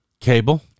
Cable